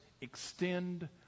extend